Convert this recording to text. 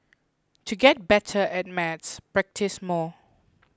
to get better at maths practise more